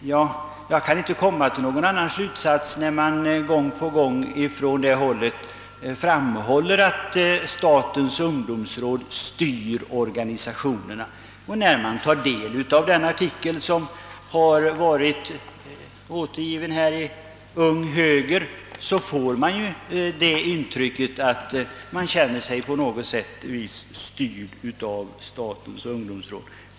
Och jag kan faktiskt inte komma till någon annan slutsats när det gång på gång från högerhåll hävdas att statens ungdomsråd »styr» organisationerna. När man tar del av den artikel som varit införd i Ung höger får man också intrycket att förbundet på sätt och vis känner sig styrt av statens ungdomsråd.